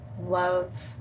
love